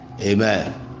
Amen